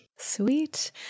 Sweet